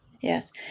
Yes